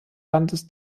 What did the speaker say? landes